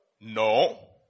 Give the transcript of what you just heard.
No